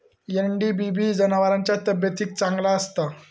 NDBB जनावरांच्या तब्येतीक चांगला असता